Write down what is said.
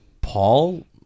Paul